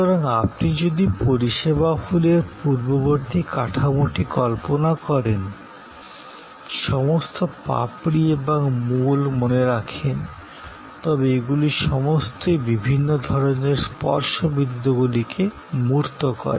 সুতরাং আপনি যদি পরিষেবা ফুলের পূর্ববর্তী কাঠামোটির কল্পনা করেন সমস্ত পাপড়ি এবং মূল মনে রাখেন তবে এগুলি সমস্তই বিভিন্ন ধরণের স্পর্শ বিন্দুগুলিকে মূর্ত করে